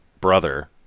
brother